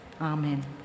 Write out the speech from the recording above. Amen